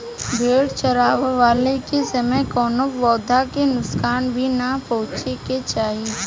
भेड़ चरावला के समय कवनो पौधा के नुकसान भी ना पहुँचावे के चाही